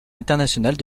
internationales